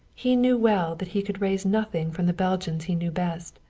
he knew well that he could raise nothing from the belgians he knew best.